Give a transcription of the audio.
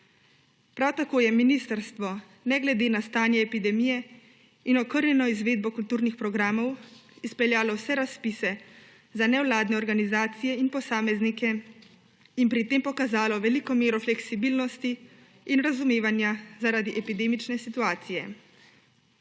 Prav tako je ministrstvo, ne glede na stanje epidemije in okrnjeno izvedbo kulturnih programov, izpeljalo vse razpise za nevladne organizacije in posameznike in pri tem pokazalo veliko mero fleksibilnosti in razumevanja zaradi epidemične situacije.